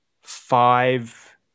five